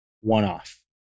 one-off